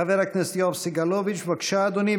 חבר הכנסת יואב סגלוביץ', בבקשה, אדוני.